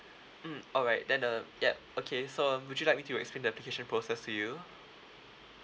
mm alright then uh yup okay so um would you like me to explain the application process to you